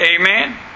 Amen